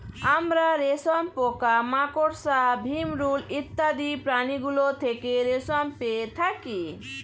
আমরা রেশম পোকা, মাকড়সা, ভিমরূল ইত্যাদি প্রাণীগুলো থেকে রেশম পেয়ে থাকি